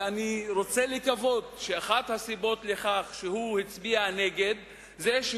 ואני רוצה לקוות שאחת הסיבות לכך שהוא הצביע נגד היא שהוא